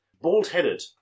Bald-headed